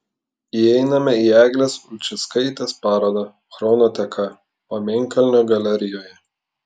įeiname į eglės ulčickaitės parodą chrono teka pamėnkalnio galerijoje